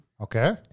Okay